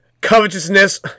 covetousness